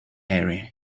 area